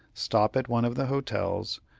stop at one of the hotels,